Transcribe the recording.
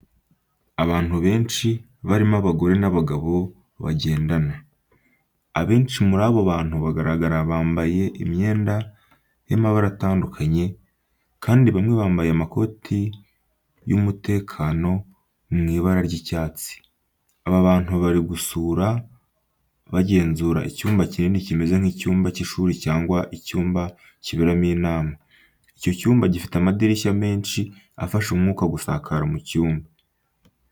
Abantu benshi barimo abagore n'abagabo bagendana. Abenshi muri abo bantu bagaragara bambaye imyenda y'amabara atandukanye, kandi bamwe bambaye amakoti y'umutekano mu ibara ry'icyatsi. Aba bantu bari gusura, bagenzura icyumba kinini kimeze nk'icyumba cy'ishuri cyangwa icyumba kiberamo inama. Icyo cyumba gifite amadirishya menshi afasha umwuka gusakara mu cyumba.